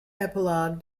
epilogue